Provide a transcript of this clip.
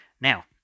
Now